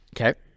okay